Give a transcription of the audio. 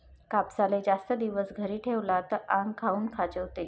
कापसाले जास्त दिवस घरी ठेवला त आंग काऊन खाजवते?